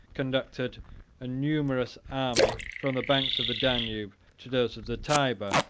conducted a numerous army from the banks of the danube to those of the tyber,